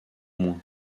moins